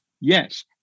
yes